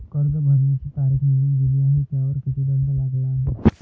कर्ज भरण्याची तारीख निघून गेली आहे त्यावर किती दंड लागला आहे?